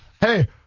Hey